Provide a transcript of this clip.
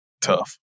tough